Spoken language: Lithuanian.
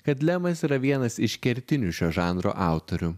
kad lemas yra vienas iš kertinių šio žanro autorių